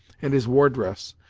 and his war dress,